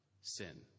sin